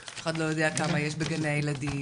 אף אחד לא יודע כמה יש בגני הילדים,